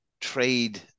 trade